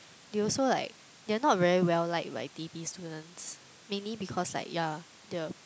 they also like they are not very well liked by T_P students mainly because like ya lah the